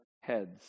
heads